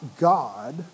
God